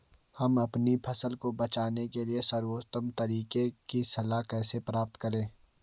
हम अपनी फसल को बचाने के सर्वोत्तम तरीके की सलाह कैसे प्राप्त करें?